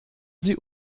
sie